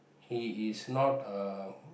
he is not uh